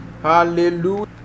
hallelujah